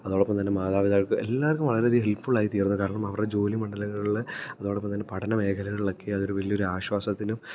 അതോടൊപ്പം തന്നെ മാതാപിതാക്കൾക്ക് എല്ലാവർക്കും വളരെയധികം ഹെല്പ്ഫുള്ളായിത്തീരുന്നു കാരണം അവര് ജോലിമണ്ഡലങ്ങളില് അതോടൊപ്പം തന്നെ പഠന മേഖലകളിലൊക്കെ അതൊരു വലിയൊരു ആശ്വാസത്തിനും